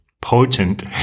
potent